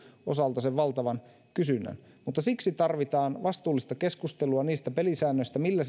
osalta sen valtavan kysynnän mutta siksi tarvitaan vastuullista keskustelua niistä pelisäännöistä millä